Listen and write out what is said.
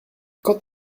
quand